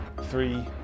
three